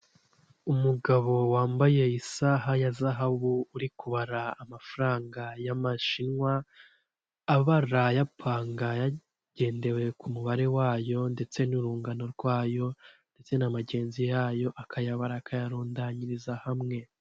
Umugabo wambaye isaha ya zahabu uri kubara amafaranga y'amashinwa abara ayapanga hagendewe ku mubare wayo ndetse n'urungano rwayo ndetse na magenzi yayo akayabara akayarundanyiriza hamwe.